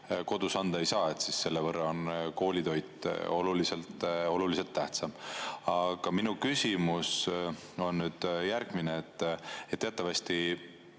kodus anda ei saa. Selle võrra on koolitoit oluliselt tähtsam. Aga minu küsimus on järgmine. Teatavasti,